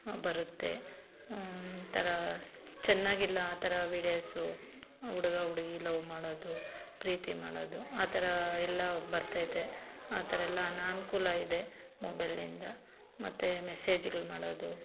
ಬರುತ್ತೆ ಈ ಥರ ಚೆನ್ನಾಗಿಲ್ಲ ಆ ಥರ ವೀಡಿಯೊಸ್ಸು ಹುಡುಗ ಹುಡುಗಿ ಲವ್ ಮಾಡೋದು ಪ್ರೀತಿ ಮಾಡೋದು ಆ ಥರ ಎಲ್ಲ ಬರ್ತೈತೆ ಆ ಥರ ಎಲ್ಲ ಅನನ್ಕೂಲ ಇದೆ ಮೊಬೈಲಿಂದ ಮತ್ತು ಮೆಸೇಜ್ಗಳು ಮಾಡೋದು